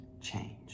change